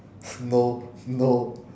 no no